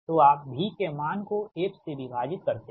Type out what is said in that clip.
तो आप v के मान को f से विभाजित करते हैं